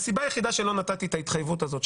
הסיבה היחידה שלא נתתי את ההתחייבות הזאת,